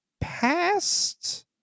past